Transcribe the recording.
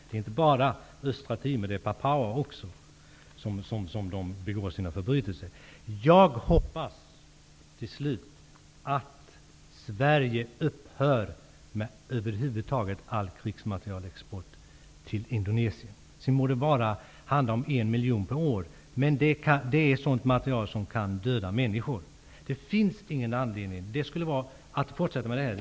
Det är inte bara fråga om Östtimor, utan förbrytelser begås också i Jag hoppas slutligen att Sverige upphör med över huvud taget all krigsmaterielexport till Indonesien. Det må handla om 1 miljon per år, men det är sådant materiel som kan döda människor. Det finns ingen anledning att fortsätta med detta.